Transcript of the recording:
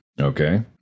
okay